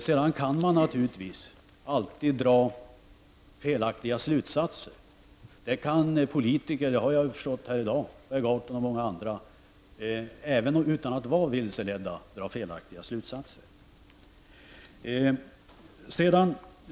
Sedan kan man naturligtvis alltid dra felaktiga slutsatser. Det kan politiker göra — det har jag förstått här i dag, bl.a. av Per Gahrton — även utan att vara vilseledda.